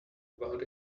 about